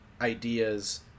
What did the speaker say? ideas